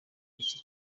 iki